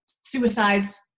suicides